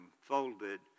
folded